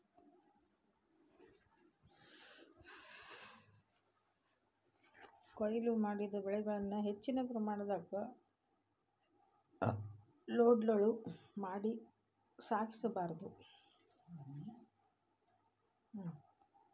ಕೋಯ್ಲು ಮಾಡಿದ ಬೆಳೆಗಳನ್ನ ಹೆಚ್ಚಿನ ಪ್ರಮಾಣದಾಗ ಲೋಡ್ಗಳು ಮಾಡಿ ಸಾಗಿಸ ಬಾರ್ದು